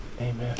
amen